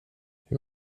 hur